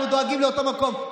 אנחנו דואגים לאותו מקום.